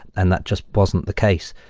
and that just wasn't the case.